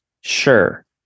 sure